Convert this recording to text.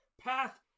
path